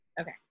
Okay